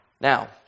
Now